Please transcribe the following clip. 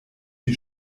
die